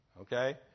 Okay